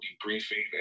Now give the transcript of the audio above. debriefing